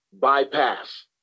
bypass